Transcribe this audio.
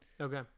Okay